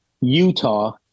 Utah